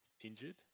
injured